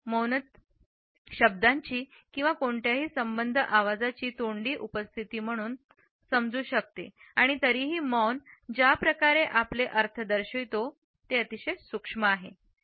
मौनता शब्दांची किंवा कोणत्याही संबद्ध आवाजाची तोंडी अनुपस्थिती म्हणून समजू शकते आणि तरीही मौन ज्या प्रकारे आपले अर्थ दर्शवितो ते अतिशय सूक्ष्म आहे